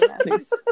Please